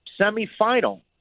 semifinal